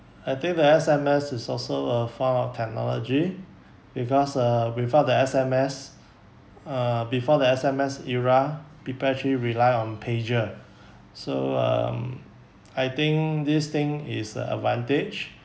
I think the S_M_S is also a form of technology because uh without the S_M_S uh before the S_M_S era people actually rely on pager so um I think this thing is uh advantage